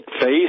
face